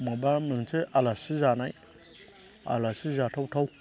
माबा मोनसे आलासि जानाय आलासि जाथाव थाव